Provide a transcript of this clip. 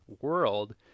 world